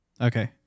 Okay